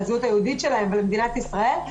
לזהות היהודית שלהן ולמדינת ישראל.